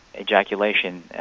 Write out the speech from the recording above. ejaculation